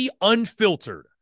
Unfiltered